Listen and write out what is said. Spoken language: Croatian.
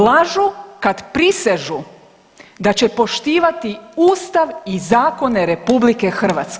Lažu kad prisežu da će poštivati Ustav i zakone RH.